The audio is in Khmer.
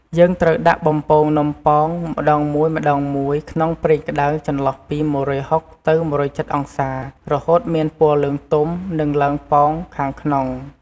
យើងត្រូវដាក់បំពងនំប៉ោងម្ដងមួយៗក្នុងប្រេងក្តៅ ចន្លោះពី ១៦០ ទៅ ១៧០ អង្សា រហូតមានពណ៌លឿងទុំ និងឡើងប៉ោងខាងក្នុង។